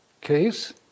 case